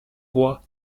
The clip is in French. roi